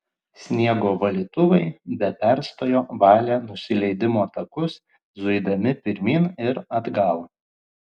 sniego valytuvai be perstojo valė nusileidimo takus zuidami pirmyn ir atgal